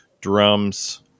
drums